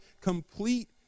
complete